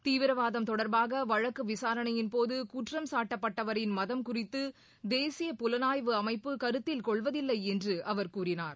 தீவிரவாதம் தொடர்பாக வழக்கு விசாரணையின்போது குற்றம் சாட்டப்பட்டவரின் மதம் குறித்து தேசிய புலனாய்வு அமைப்பு கருத்தில் கொள்வதில்லை என்று அவர் கூறினார்